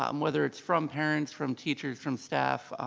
um whether it's from parents, from teachers, from staff,